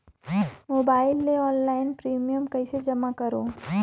Mobile ले online premium कइसे जमा करों?